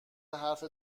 حرف